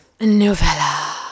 Novella